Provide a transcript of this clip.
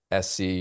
SC